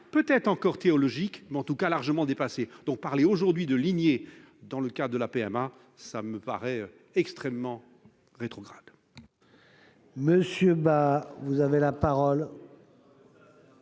peut-être encore théologique, mais en tout cas largement dépassée. Alors, parler aujourd'hui de lignée dans le cas de la PMA me paraît extrêmement rétrograde